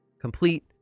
Complete